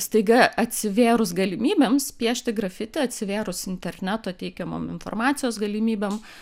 staiga atsivėrus galimybėms piešti grafiti atsivėrus interneto teikiamom informacijos galimybėms